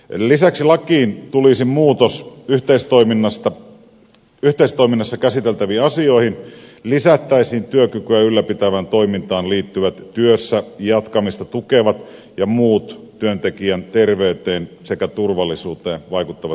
lisäksi lakiin tulisi muutos yhteistoiminnassa käsiteltäviin asioihin lisättäisiin työkykyä ylläpitävään toimintaan liittyvät työssä jatkamista tukevat ja muut työntekijän terveyteen sekä turvallisuuteen vaikuttavat kehitystoimet